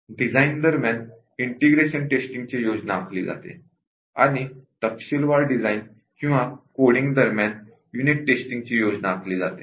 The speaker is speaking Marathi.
डिझाइन दरम्यान इंटिग्रेशन टेस्टींग ची योजना आखली जाते आणि तपशीलवार डिझाइन किंवा कोडिंग दरम्यान युनिट टेस्टची योजना आखली जाते